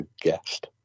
guest